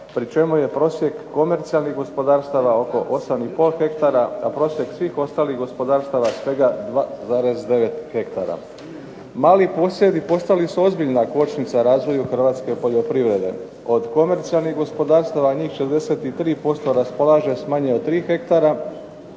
pri čemu je prosjek komercijalnih gospodarstava oko 8,5 hektara, a prosjek svih ostalih gospodarstava svega 2,9 hektara. Mali posjedi postali su ozbiljna kočnica razvoju hrvatske poljoprivrede. Od komercijalnih gospodarstava njih 63% raspolaže s manje od 3 hektara,